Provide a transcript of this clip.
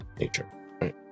Nature